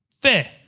Fair